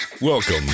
Welcome